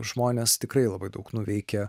žmonės tikrai labai daug nuveikė